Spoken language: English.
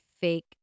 fake